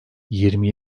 yirmi